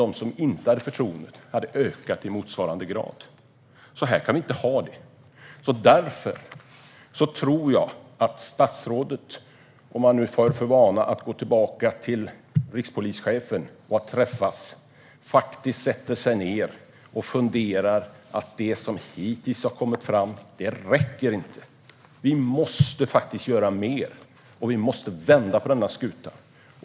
De som inte hade förtroende för polisen hade också ökat i motsvarande grad. Så här kan vi inte ha det. Därför tror jag att statsrådet, om han nu tar för vana att gå till rikspolischefen och träffas, faktiskt sätter sig ned och funderar. Det som hittills har kommit fram räcker inte. Vi måste faktiskt göra mer. Vi måste vända skutan.